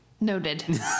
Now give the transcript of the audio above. Noted